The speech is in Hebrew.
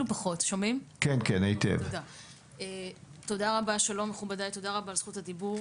שלום מכובדיי ותודה רבה על זכות הדיבור.